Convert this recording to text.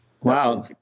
wow